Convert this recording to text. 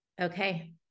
okay